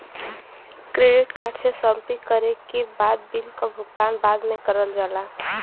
credit card से shopping करे के बाद बिल क भुगतान बाद में करल जाला